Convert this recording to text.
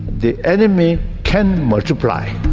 the enemy can multiply.